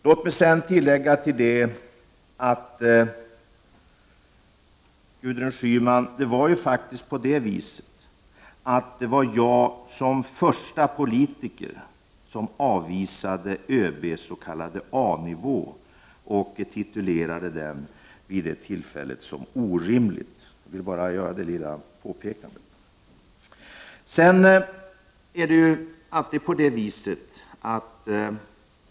Låt mig också säga att jag faktiskt var den första politiker som avvisade ÖB:s s.k. A-nivå och vid det tillfället betecknade den som orimlig. Jag vill bara göra det lilla påpekandet.